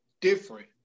different